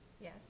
Yes